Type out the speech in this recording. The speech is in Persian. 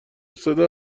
صدا